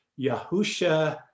Yahusha